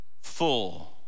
Full